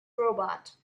robot